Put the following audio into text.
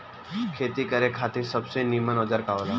खेती करे खातिर सबसे नीमन औजार का हो ला?